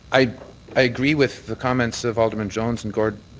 i i agree with the comments of alderman jones and